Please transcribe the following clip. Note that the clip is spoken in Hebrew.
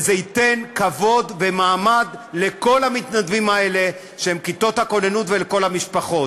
וזה ייתן כבוד ומעמד לכל המתנדבים האלה שהם כיתות הכוננות ולכל המשפחות.